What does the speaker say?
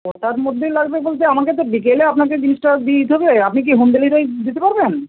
কটার মধ্যে লাগবে বলতে আমাকে তো বিকেলে আপনাকে জিনিসটা দিয়ে দিতে হবে আপনি কি হোম ডেলিভারি দিতে পারবেন